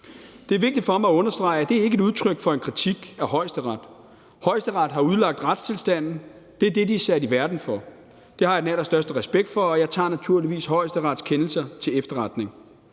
Det er vigtigt for mig at understrege, at det ikke er udtryk for en kritik af Højesteret. Højesteret har udlagt retstilstanden. Det er det, de er sat i verden for. Det har jeg den allerstørste respekt for, og jeg tager naturligvis Højesterets kendelser til efterretning.